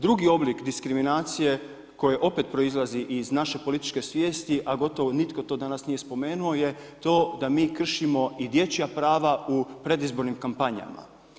Drugi oblik diskriminacije koja opet proizlazi iz naše političke svijesti, a gotovo nitko to danas nije spomenuo je to da mi kršimo i dječja prava u predizbornim kampanjama.